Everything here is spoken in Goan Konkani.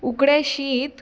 उकडें शीत